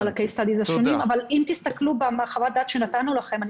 אבל אם תסתכלו בחוות הדעת שנתנו לכם ואני